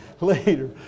later